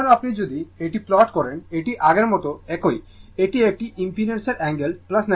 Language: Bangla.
এখন আপনি যদি এটি প্লট করেন এটি আগের মতো একই এটি একটি ইম্পিডেন্সের অ্যাঙ্গেল 90 o এটি 90 o